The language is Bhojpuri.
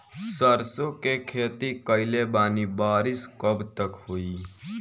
सरसों के खेती कईले बानी बारिश कब तक होई?